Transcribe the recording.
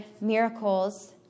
miracles